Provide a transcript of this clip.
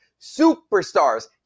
Superstars